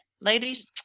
ladies